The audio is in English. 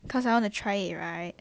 cause I wanna try it right